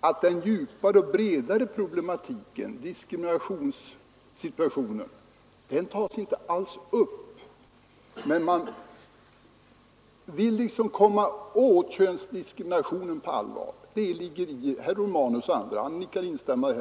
att den djupare och bredare problematiken, diskrimineringssituationen, inte alls tas upp, även om man vill komma åt könsdiskrimineringen på allvar — herr Romanus nickar instämmande.